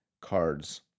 cards